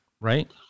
Right